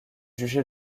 jugé